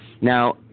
now